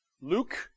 Luke